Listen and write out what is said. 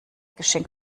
geschenk